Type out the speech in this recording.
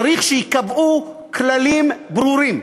צריך שייקבעו כללים ברורים.